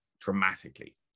dramatically